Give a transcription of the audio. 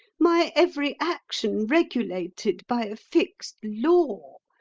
my every action regulated by a fixed law,